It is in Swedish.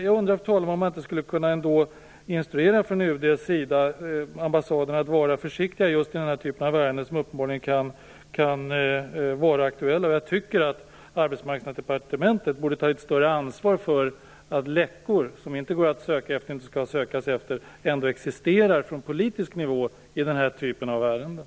Jag undrar, fru talman, om inte UD ändå skulle kunna instruera ambassaden att vara försiktigare just i den här typen av ärenden, som uppenbarligen kan vara aktuella. Jag tycker att Arbetsmarknadsdepartementet borde ta ett större ansvar för att läckor som inte går att söka efter och inte skall sökas efter ändå existerar från politisk nivå i den här typen av ärenden.